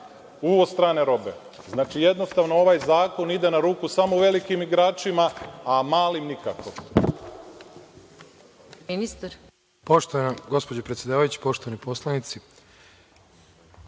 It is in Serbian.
uvoz strane robe. Znači, jednostavno ovaj zakon ide na ruku samo velikim igračima, a malim nikako.